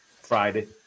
Friday